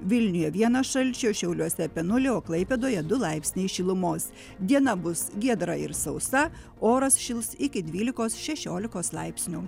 vilniuje vienas šalčio šiauliuose apie nulį o klaipėdoje du laipsniai šilumos diena bus giedra ir sausa oras šils iki dvylikos šešiolikos laipsnių